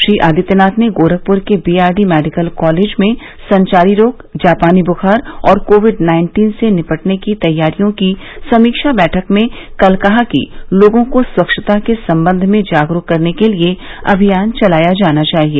श्री आदित्यनाथ ने गोरखपुर के BRD medical college में संचारी रोग जापानी बुखार और कोविड नाइन्टीन से निपटने की तैयारियों की समीक्षा बैठक में कल कहा कि लोगों को स्वच्छता के संबंध में जागरूक करने के लिए अभियान चलाया जाना चाहिए